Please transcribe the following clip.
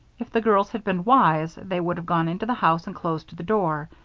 if the girls had been wise, they would have gone into the house and closed the door,